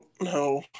no